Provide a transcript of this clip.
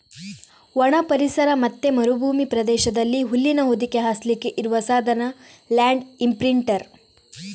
ಒಣ ಪರಿಸರ ಮತ್ತೆ ಮರುಭೂಮಿ ಪ್ರದೇಶದಲ್ಲಿ ಹುಲ್ಲಿನ ಹೊದಿಕೆ ಹಾಸ್ಲಿಕ್ಕೆ ಇರುವ ಸಾಧನ ಲ್ಯಾಂಡ್ ಇಂಪ್ರಿಂಟರ್